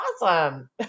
awesome